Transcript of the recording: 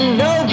no